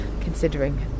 considering